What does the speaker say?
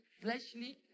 fleshly